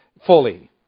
fully